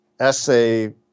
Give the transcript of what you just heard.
essay